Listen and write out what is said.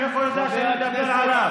הוא יכול לדבר אליי,